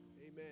Amen